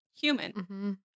human